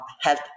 health